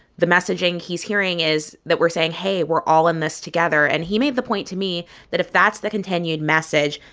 the messaging he's hearing is that we're saying, hey, we're all in this together and he made the point to me that if that's the continued message,